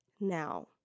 now